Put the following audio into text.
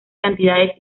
cantidades